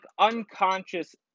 unconscious